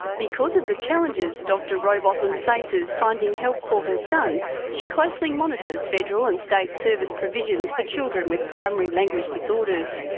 because of the challenges dr rowbotham faces finding help for her son she closely monitors federal and state service provisions for children with primary language disorders.